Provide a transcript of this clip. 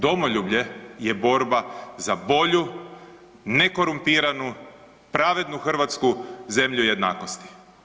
Domoljublje je borba za bolju, nekorumpiranu, pravednu Hrvatsku zemlju jednakosti.